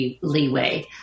leeway